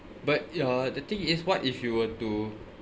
but uh the thing is what if you were to